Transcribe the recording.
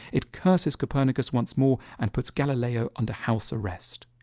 it curses copernicus once more and put galileo under house arrest.